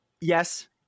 Yes